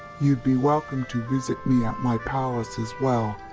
you'd be welcome to visit me at my palace as well,